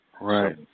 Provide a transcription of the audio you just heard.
right